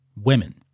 women